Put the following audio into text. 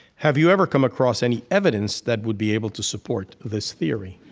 have you ever come across any evidence that would be able to support this theory?